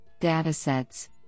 Datasets